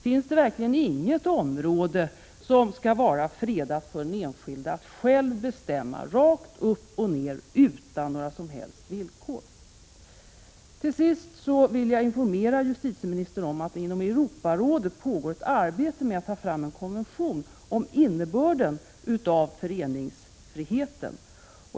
Finns det verkligen inget område som skall vara fredat för den enskilde när det gäller att själv bestämma, rakt upp och ner och utan några som helst villkor? Till slut vill jag informera justitieministern om att det inom Europarådet pågår ett arbete med att ta fram en konvention om innebörden av föreningsfriheten.